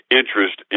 interest